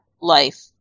life